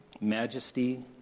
majesty